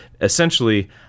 essentially